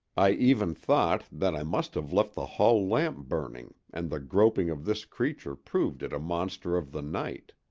i even thought that i must have left the hall lamp burning and the groping of this creature proved it a monster of the night.